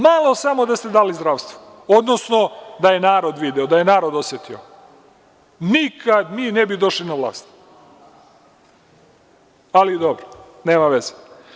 Malo samo da ste dali zdravstvu, odnosno da je narod video, da je narod osetio, nikada mi ne bi došli na vlast, ali dobro, nema veze.